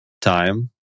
time